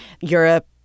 Europe